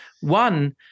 One